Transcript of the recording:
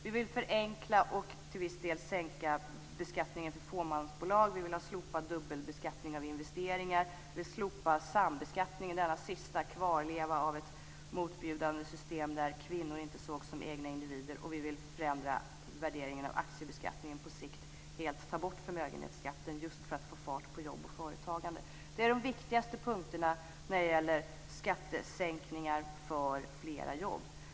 Vi vill förenkla och till viss del sänka beskattningen för fåmansbolag, och vi vill ha slopad dubbelbeskattning av investeringar. Vi vill också slopa sambeskattningen, denna sista kvarleva av ett motbjudande system där kvinnor inte sågs som egna individer. Vi vill dessutom förändra värderingen av aktiebeskattningen på sikt och helt ta bort förmögenhetsbeskattningen just för att få fart på jobb och företagande. Det är de viktigaste punkterna när det gäller skattesänkningar för fler jobb.